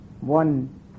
One